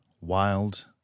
wild